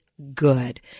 Good